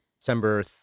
December